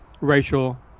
racial